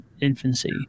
infancy